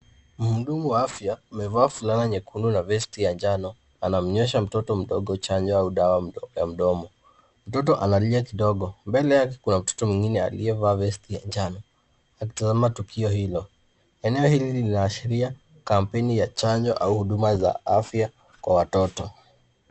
Mhudumu wa afya amevaa fulana nyekundu na vest ya njano anamnyweshwa mtoto mdogo chanjo au dawa ya mdomo. Mtoto analia kidogo. Mbele yake kuna mtoto mwingine aliyevaa vest ya njano, akitazama tukio hilo. Eneo hili linaashiria kampeni ya chanjo au huduma za afya kwa watoto.